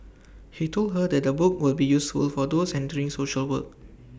he told her that the book will be useful for those entering social work